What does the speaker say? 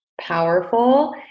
powerful